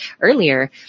earlier